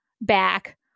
back